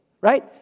right